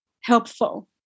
helpful